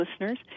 listeners